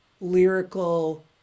lyrical